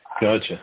Gotcha